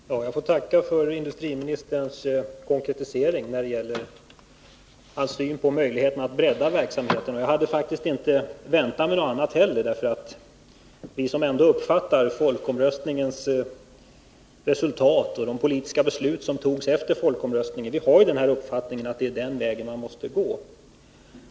Herr talman! Jag får tacka för industriministerns konkretisering när det gäller hans syn på möjligheterna att bredda verksamheten. Jag hade faktiskt inte väntat mig någonting annat heller. Vi som har samma uppfattning om folkomröstningens resultat och de politiska beslut som har fattats efter folkomröstningen har den inställningen att det är denna väg vi måste gå.